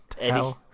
Eddie